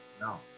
No